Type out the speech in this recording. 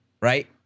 right